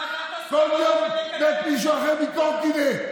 כל יום מת מישהו אחר מקורקינט.